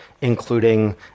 including